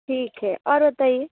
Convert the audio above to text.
ठीक है और बताइए